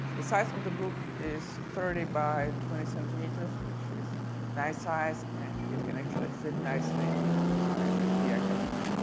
the size of the book is thirty by twenty centimeters which is nice size and it can actually fit nicely into my ikea cabinet.